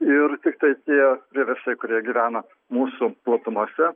ir tiktai tie vieversiai kurie gyvena mūsų platumose